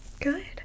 Good